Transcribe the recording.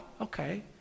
okay